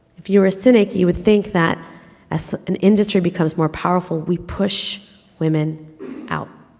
if you were a cynic you would think that ah so an industry becomes more powerful, we push women out.